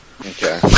Okay